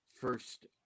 first